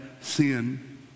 sin